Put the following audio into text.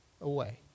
away